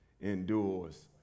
endures